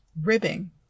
ribbing